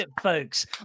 folks